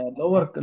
lower